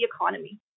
economy